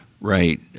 Right